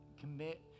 commit